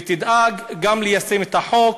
ותדאג גם ליישם את החוק,